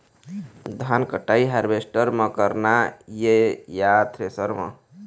धान कटाई हारवेस्टर म करना ये या थ्रेसर म?